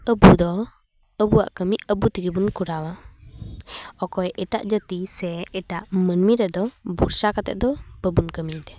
ᱟᱵᱚ ᱫᱚ ᱟᱵᱚᱣᱟᱜ ᱠᱟᱹᱢᱤ ᱟᱵᱚ ᱛᱮᱜᱮ ᱵᱚᱱ ᱠᱚᱨᱟᱣᱟ ᱚᱠᱚᱭ ᱮᱴᱟᱜ ᱡᱟᱹᱛᱤ ᱥᱮ ᱮᱴᱟᱜ ᱢᱟᱹᱱᱢᱤ ᱨᱮᱫᱚ ᱵᱚᱨᱥᱟ ᱠᱟᱛᱮᱫ ᱫᱚ ᱵᱟᱵᱚᱱ ᱠᱟᱹᱢᱤᱭ ᱫᱟ